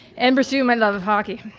and pursue my love of hockey.